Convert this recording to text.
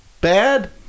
bad